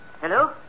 Hello